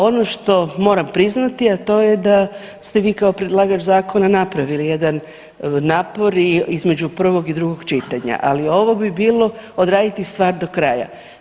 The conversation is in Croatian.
Ono što moram priznati, a to je da ste vi kao predlagač zakona napravili jedan napor i između prvog i drugog čitanja, ali ovo bi bilo odraditi stvar do kraja.